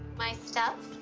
my stuff.